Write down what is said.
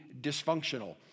dysfunctional